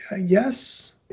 yes